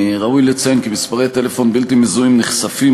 ראוי לציין כי מספרי טלפון בלתי מזוהים נחשפים